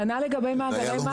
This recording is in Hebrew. כנ"ל לגבי מאגרי מים.